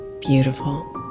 beautiful